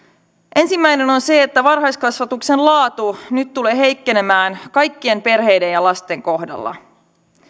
ensimmäinen on on se että varhaiskasvatuksen laatu nyt tulee heikkenemään kaikkien perheiden ja lasten kohdalla